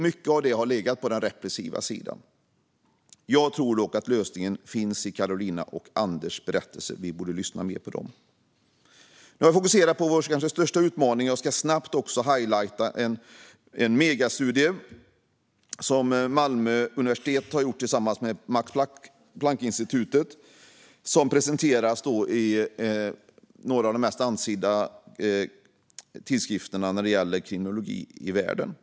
Mycket har legat på den repressiva sidan. Jag tror dock att lösningen finns i Carolinas och Anders berättelser. Vi borde lyssna mer på dem. Nu har jag fokuserat på vår kanske största utmaning. Jag ska snabbt också highlighta en megastudie som Malmö universitet har gjort tillsammans med Max Planck-institutet och som presenterats i några av de mest ansedda tidskrifterna i världen när det gäller kriminologi.